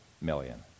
million